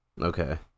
Okay